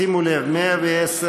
שימו לב, 110